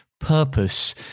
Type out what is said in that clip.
purpose